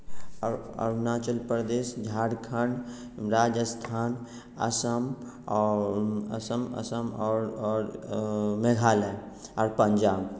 अरुणाचल प्रदेश झारखण्ड राजस्थान असम आओर असम असम आओर मेघालय आओर पञ्जाब